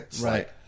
right